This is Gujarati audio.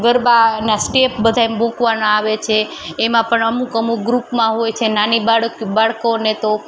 ગરબાના સ્ટેપ બધાય મુકવાના આવે છે એમાં પણ અમુક અમુક ગ્રૂપમાં હોય છે નાની બાળકી બાળકોને તો